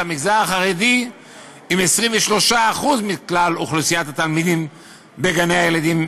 המגזר החרדי עם 23% מכלל אוכלוסיית הילדים בגני-הילדים,